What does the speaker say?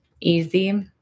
easy